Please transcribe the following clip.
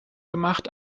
gemacht